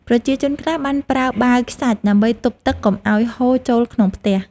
ប្រជាជនខ្លះបានប្រើបាវខ្សាច់ដើម្បីទប់ទឹកកុំឱ្យហូរចូលក្នុងផ្ទះ។